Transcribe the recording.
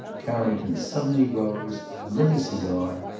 carrington suddenly rose, lit a cigar,